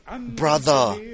brother